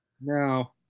No